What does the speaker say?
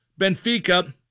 Benfica